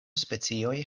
specioj